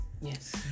Yes